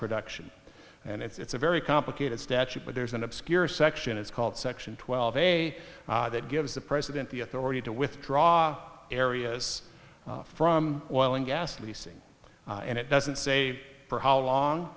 production and it's a very complicated statute but there's an obscure section it's called section twelve a that gives the president the authority to withdraw areas from oil and gas leasing and it doesn't say for how long